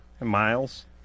miles